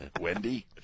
Wendy